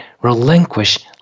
relinquish